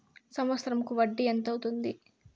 సంవత్సరం కు వడ్డీ ఎంత అవుతుంది?